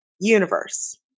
universe